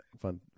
fun